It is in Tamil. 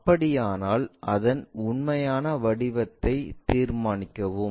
அப்படியானால் அதன் உண்மையான வடிவத்தை தீர்மானிக்கவும்